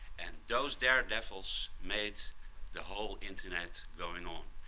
and those daredevils make the whole internet going on.